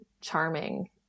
charming